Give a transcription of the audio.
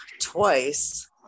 twice